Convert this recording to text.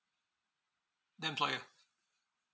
the employer